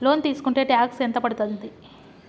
Loan తీస్కుంటే tax ఎంత పడ్తుంది?